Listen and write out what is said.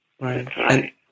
right